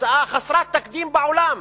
המצאה חסרת תקדים בעולם,